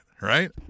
right